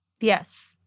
Yes